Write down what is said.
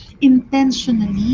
intentionally